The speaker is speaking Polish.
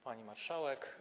Pani Marszałek!